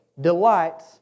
delights